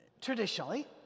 traditionally